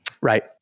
Right